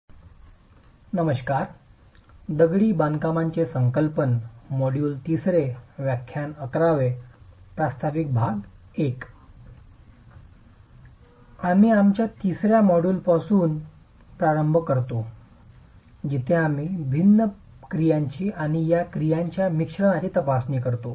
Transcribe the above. आम्ही आमच्या तिसर्या मॉड्यूलपासून प्रारंभ करतो जिथे आम्ही भिन्न क्रियांची आणि या क्रियांच्या मिश्रणाची तपासणी करतो